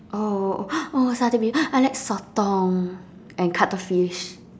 oh satay be I like sotong and cuttlefish